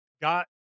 got